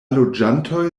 loĝantoj